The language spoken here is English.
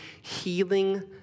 healing